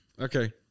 Okay